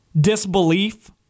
disbelief